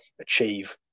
achieve